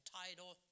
title